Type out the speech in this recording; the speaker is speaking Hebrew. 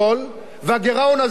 באמצעות מסים עקיפים.